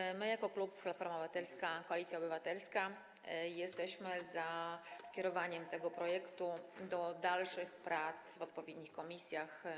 A zatem my jako klub Platforma Obywatelska - Koalicja Obywatelska jesteśmy za skierowaniem tego projektu do dalszych prac w odpowiednich komisjach.